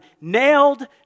nailed